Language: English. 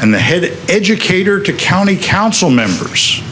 and the head educator to county council members